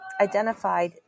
identified